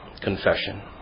confession